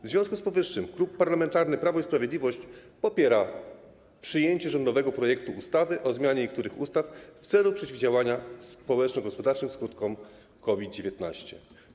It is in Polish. W związku z tym Klub Parlamentarny Prawo i Sprawiedliwość popiera przyjęcie rządowego projektu ustawy o zmianie niektórych ustaw w celu przeciwdziałania społeczno-gospodarczym skutkom COVID-19.